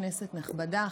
כנסת נכבדה,